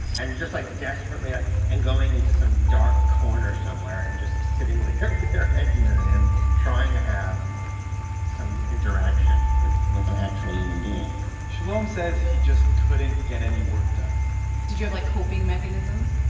and just, like, desperately and going into some dark corner somewhere and just sitting there with their heads in their hands and trying to have some interaction with with an actual human being shalom says he just couldn't get any work done did you have, like, coping mechanisms?